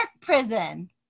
prison